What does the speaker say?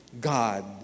God